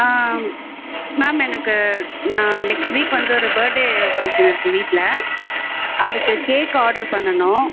ஆ ma'am எனக்கு நான் next week வந்து ஒரு பர்ட் டே ஃபங்க்ஷன் இருக்குது வீட்டில் அதுக்கு கேக்கு ஆர்டரு பண்ணணும்